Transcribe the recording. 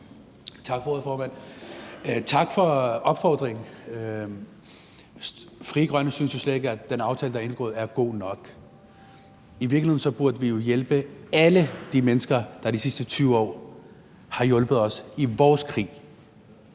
tak for opfordringen. Frie Grønne synes jo slet ikke, at den aftale, der er indgået, er god nok. I virkeligheden burde vi jo hjælpe alle de mennesker, der de sidste 20 år har hjulpet os i vores krig.